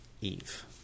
Eve